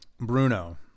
Bruno